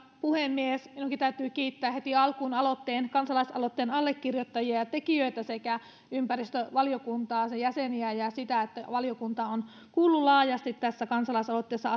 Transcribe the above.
puhemies minunkin täytyy kiittää heti alkuun kansalaisaloitteen allekirjoittajia ja tekijöitä sekä ympäristövaliokuntaa sen jäseniä ja sitä että valiokunta on kuullut laajasti asiantuntijoita tässä kansalaisaloitteessa